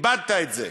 איבדת את זה.